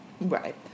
Right